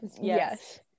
Yes